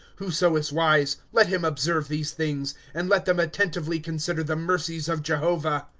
whoso is wise, let him observe these things and let them attentively consider the mercies of jehovah.